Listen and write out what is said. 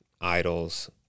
idols